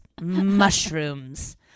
Mushrooms